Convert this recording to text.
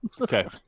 Okay